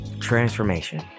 Transformation